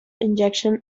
injection